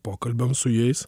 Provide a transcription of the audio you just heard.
pokalbiams su jais